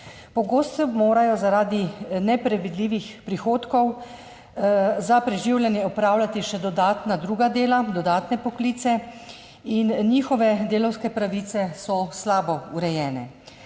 Pogosto morajo zaradi nepredvidljivih prihodkov za preživljanje opravljati še dodatna druga dela, dodatne poklice in njihove delavske pravice so slabo urejene.